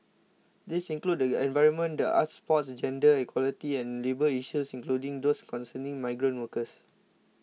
these include the environment the arts sports gender equality and labour issues including those concerning migrant workers